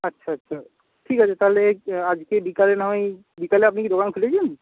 আচ্ছা আচ্ছা ঠিক আছে তাহলে আজকে বিকালে না হয় বিকালে আপনি কি দোকান খুলছেন